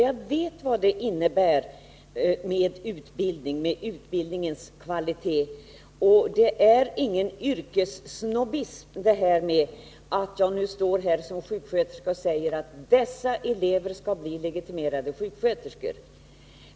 Jag vet därför vad utbildningens kvalitet innebär. Det är ingen yrkessnobbism med att jag står här som sjuksköterska och säger att dessa elever bör bli legitimerade sjuksköterskor.